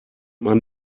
man